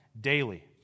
Daily